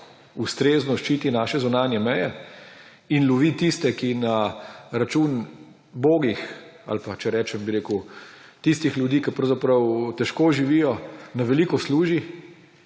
ustrezno ščiti naše zunanje meje in lovi tiste, ki na račun ubogih ali pa, če rečem, tistih ljudi, ki pravzaprav težko živijo, na veliko služi,